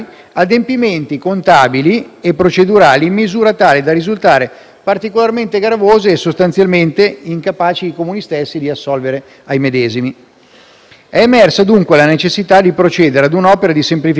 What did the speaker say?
e sono convinto che nelle prossime settimane le proposte avanzate dalle diverse parti potranno trovare un'utile sintesi. La funzione del tavolo è quella di indicare delle linee guida al Parlamento e al Governo.